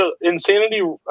insanity